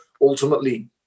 ultimately